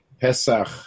Pesach